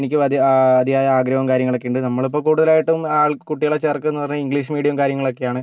എനിക്ക് അതിയ അതിയായ ആഗ്രഹവും കാര്യങ്ങളൊക്കെ ഉണ്ട് നമ്മളിപ്പോൾ കൂടുതലായിട്ടും കുട്ടികളെ ചേർക്കുന്നെന്ന് പറഞ്ഞാൽ ഇംഗ്ലീഷ് മീഡിയം കാര്യങ്ങളൊക്കെ ആണ്